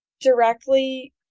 directly